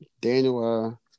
Daniel